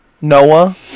Noah